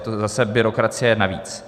Je to zase byrokracie navíc.